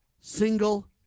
single